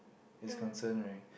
is concern right